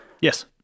Yes